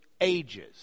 ages